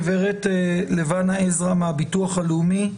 הגברת לבנה עזרא מהביטוח הלאומי,